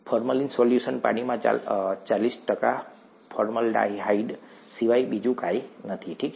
formalin solution પાણીમાં ચાલીસ ટકા ફોર્મલ્ડીહાઇડ સિવાય બીજું કંઈ નથી ઠીક છે